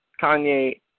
Kanye